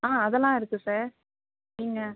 ஆ அதெல்லாம் இருக்குது சார் நீங்கள்